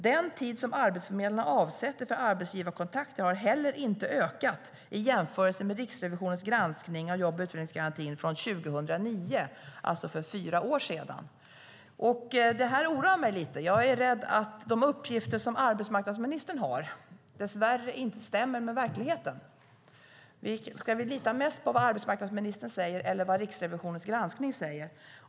Den tid som arbetsförmedlarna avsätter för arbetsgivarkontakter har heller inte ökat i jämförelse med Riksrevisionens granskning av jobb och utvecklingsgarantin från 2009, det vill säga för fyra år sedan. Det här oroar mig lite. Jag är rädd att de uppgifter som arbetsmarknadsministern har dess värre inte stämmer med verkligheten. Ska vi lita mest på vad arbetsmarknadsministern säger eller på vad Riksrevisionens granskning säger?